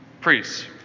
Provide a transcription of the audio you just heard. priests